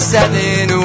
Seven